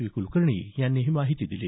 V Kulkarni यांनी ही माहिती दिली